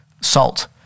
salt